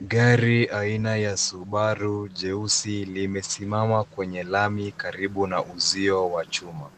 Gari aina ya Subaru jeusi limesimawa kwenye lami karibu na uzio wa chuma.